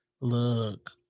Look